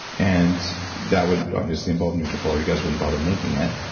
and that would obviously involve nutrafol or you guys wouldn't bother making it,